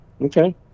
Okay